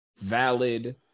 valid